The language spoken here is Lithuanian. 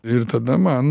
ir tada man